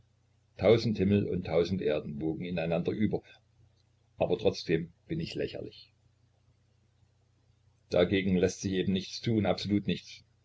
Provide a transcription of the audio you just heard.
tausend himmel und tausend erden wogen ineinander über aber trotzdem bin ich lächerlich dagegen läßt sich eben nichts tun absolut nichts